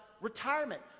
retirement